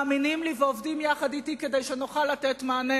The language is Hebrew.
מאמינים לי ועובדים יחד אתי כדי שנוכל לתת מענה